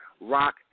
rock